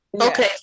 Okay